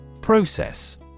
Process